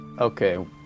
okay